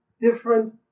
different